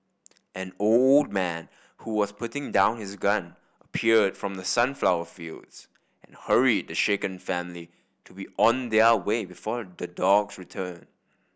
an old man who was putting down his gun appeared from the sunflower fields and hurried the shaken family to be on their way before the dogs return